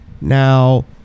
Now